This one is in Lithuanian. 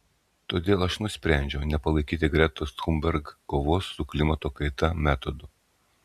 todėl aš nusprendžiau nepalaikyti gretos thunberg kovos su klimato kaita metodo